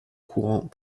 courant